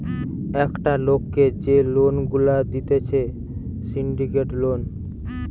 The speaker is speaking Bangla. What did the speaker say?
একটা লোককে যে লোন গুলা দিতেছে সিন্ডিকেট লোন